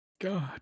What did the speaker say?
God